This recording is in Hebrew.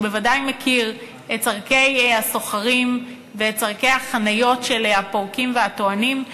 שבוודאי מכיר את צורכי הסוחרים ואת צורכי החניה של הפורקים ושל הטוענים.